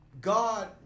god